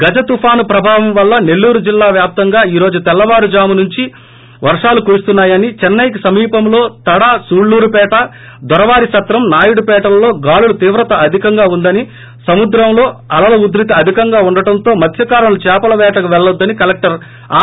గజ తుఫాను ప్రభావం వల్ల నెల్లూరు జిల్లా వ్యాప్తంగా ఈ రోజు తెల్లవారుజామున నుంచీ వర్షాలు కురుస్తున్నాయని చెస్పె కి సమీపంలో తడ సూళ్చూరుపేట దొరవారిసత్రం నాయుడు పేటలలో గాలుల తీవ్రత అధికంగా ఉందని సముద్రంలో అలల ఉద్వతి అధికంగా ఉండటంతో మత్స్కారులను చేపల పేటకు పెళ్ళవద్దని కలెక్టర్ ఆర్